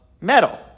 metal